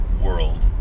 world